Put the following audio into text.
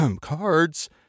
Cards